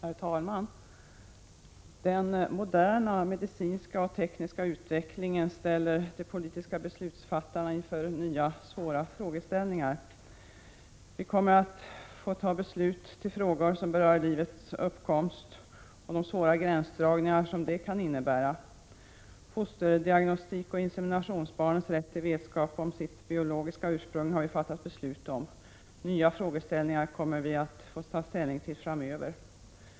Herr talman! Den moderna medicinska och tekniska utvecklingen ställer de politiska beslutsfattarna inför nya svåra frågeställningar. Vi kommer att få fatta beslut i frågor som berör livets uppkomst och de svåra gränsdragningar som det kan innebära. Fosterdiagnostiken och inseminationsbarnens rätt till vetskap om sitt biologiska ursprung har vi fattat beslut om, nya frågeställningar kommer vi att få ta ställning till framöver.